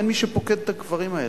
אין מי שפוקד את הקברים האלה.